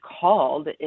called